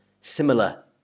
similar